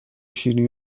شیرینی